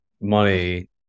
money